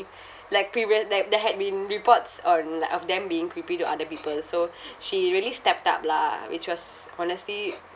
like period like there had been reports on like of them being creepy to other people so she really stepped up lah which was honestly